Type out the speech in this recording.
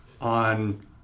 on